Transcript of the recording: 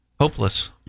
hopeless